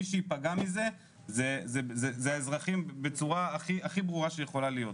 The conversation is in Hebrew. מי שייפגע מזה זה האזרחים בצורה הכי ברורה שיכולה להיות.